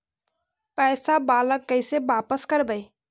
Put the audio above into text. पैसा बाला कैसे बापस करबय?